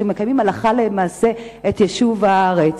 שמקיימים הלכה למעשה את יישוב הארץ.